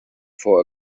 for